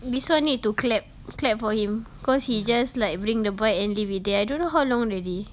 this [one] need to clap clap for him cause he just like bring the bike and leave it there I don't know how long already